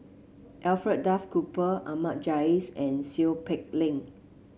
Alfred Duff Cooper Ahmad Jais and Seow Peck Leng